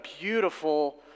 beautiful